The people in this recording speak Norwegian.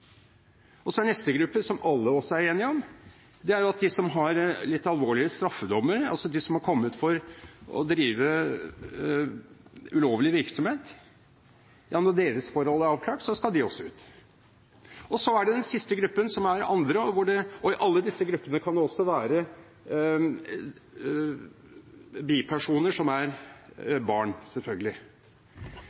Neste gruppe som alle også er enige om, er dem som har litt alvorlige straffedommer, altså de som har kommet for å drive med ulovlig virksomhet. Når deres forhold er avklart, skal de også ut. Den siste gruppen er andre. Og i alle disse gruppene kan det også være bipersoner som er barn, selvfølgelig.